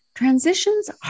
Transitions